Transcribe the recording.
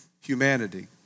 humanity